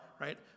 right